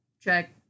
check